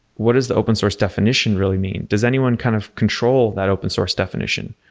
what is the open source definition really mean? does anyone kind of control that open source definition?